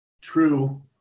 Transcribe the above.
true